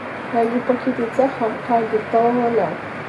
jeigu pakeitei cechą ką gi tavo valia